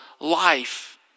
life